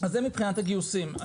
זה מבחינת הגיוסים.